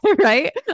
right